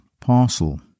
parcel